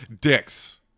dicks